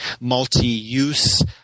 multi-use